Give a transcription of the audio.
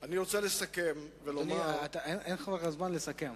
אני רוצה לסכם, אין לך זמן לסכם.